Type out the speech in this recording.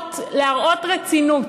אות להראות רצינות,